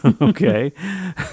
okay